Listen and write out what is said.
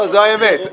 זאת האמת.